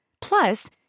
Plus